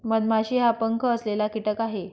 मधमाशी हा पंख असलेला कीटक आहे